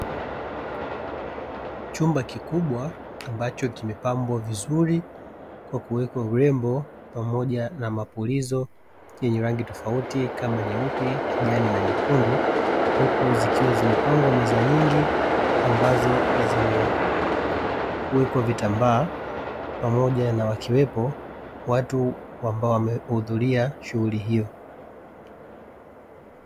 Chumba kikubwa ambacho kimepambwa vizuri kwa kuwekwa urembo, pamoja na mapulizo yenye rangi tofauti kama: nyeupe, kijani na nyekundu; huku zikiwa zimepangwa meza nyingi ambazo zimewekwa vitambaa pamoja na wakiwepo watu ambao wamehudhuria shughuli hiyo.